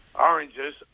oranges